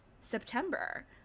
september